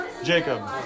Jacob